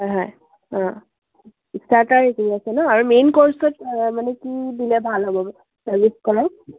হয় হয় অঁ ইষ্টাৰ্টাৰ এইখিনি আছে ন আৰু মেইন ক'ৰ্চত মানে কি কি দিলে ভাল হ'ব চাজেষ্ট কৰক